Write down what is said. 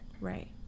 right